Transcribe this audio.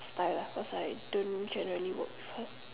style ah cause I don't generally work with her